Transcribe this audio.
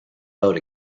boat